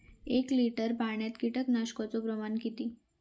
एक लिटर पाणयात कीटकनाशकाचो प्रमाण किती?